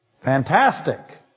Fantastic